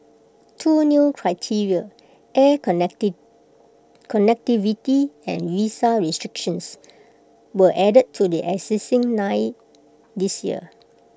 two new criteria air connect connectivity and visa restrictions were added to the existing nine this year